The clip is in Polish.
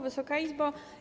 Wysoka Izbo!